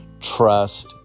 trust